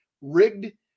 rigged